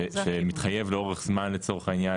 שמתחייב לאורך זמן לצורך העניין,